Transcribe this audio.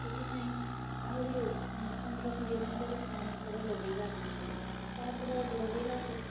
ସେଥିପାଇଁ ଆହୁରି ପନ୍ଦର କୋଡ଼ିଏ ଦିନ ପରେ ପୁଣିଥରେ ଲଗେଇବା ଆରମ୍ଭକଲି ତାପରେ ଲଗେଇଲାକୁ